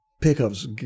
pickups